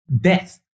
death